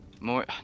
more